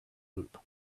loop